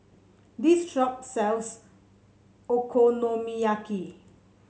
this shop sells Okonomiyaki